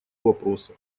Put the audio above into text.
вопроса